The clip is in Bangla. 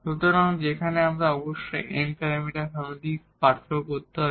সুতরাং সেখানে আমাদের অবশ্যই এই n প্যারামিটার ফ্যামিলির পার্থক্য করতে হবে